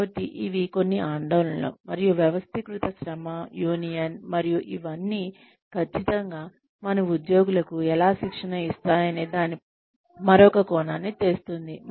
కాబట్టి ఇవి కొన్ని ఆందోళనలు మరియు వ్యవస్థీకృత శ్రమ యూనియన్ మరియు ఇవన్నీ ఖచ్చితంగా మన ఉద్యోగులకు ఎలా శిక్షణ ఇస్తాయనే దానిపై మరొక కోణాన్ని తెస్తుంది